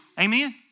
Amen